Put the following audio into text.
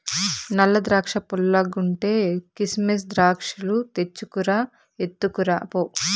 నల్ల ద్రాక్షా పుల్లగుంటే, కిసిమెస్ ద్రాక్షాలు తెచ్చుకు రా, ఎత్తుకురా పో